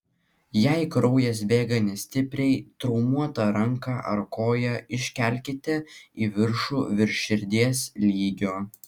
jei kraujas bėga nestipriai traumuotą ranką ar koją iškelkite į viršų virš širdies lygio